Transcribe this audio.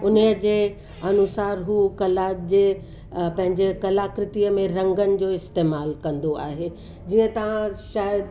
उन जे अनुसार हू कला जे पंहिंजे कलाकृतीअ में रंगनि जो इस्तेमालु कंदो आहे जीअं तव्हां शायद